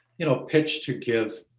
you know, pitch to give.